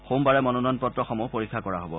সোমবাৰে মনোনয়নপত্ৰসমূহ পৰীক্ষা কৰা হ'ব